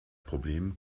problem